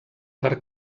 per